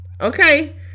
Okay